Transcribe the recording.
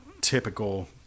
typical